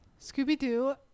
Scooby-Doo